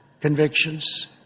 convictions